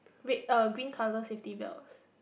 wait uh green colour safety belts